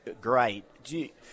great